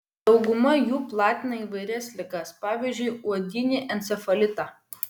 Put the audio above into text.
dauguma jų platina įvairias ligas pavyzdžiui uodinį encefalitą